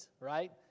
right